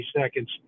seconds